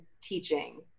teaching